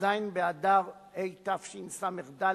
בט"ז באדר תשס"ד,